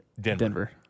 Denver